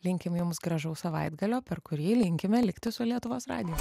linkime jums gražaus savaitgalio per kurį linkime likti su lietuvos radijas